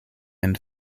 and